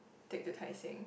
take the Tai-Seng